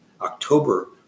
October